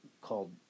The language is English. called